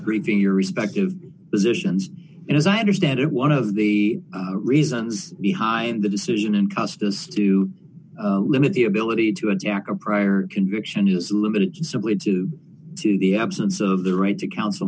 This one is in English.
review your respective positions and as i understand it one of the reasons behind the decision and custer's to limit the ability to attack a prior conviction is limited simply due to the absence of the right to counsel